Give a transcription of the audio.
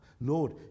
Lord